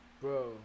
Bro